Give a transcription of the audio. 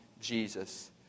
Jesus